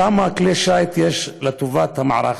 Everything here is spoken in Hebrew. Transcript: כמה כלי שיט יש לטובת המערך?